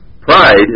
pride